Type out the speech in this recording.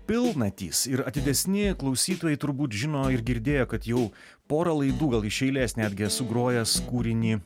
pilnatys ir atidesni klausytojai turbūt žino ir girdėję kad jau porą laidų gal iš eilės netgi esu grojęs kūrinį